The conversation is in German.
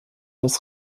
das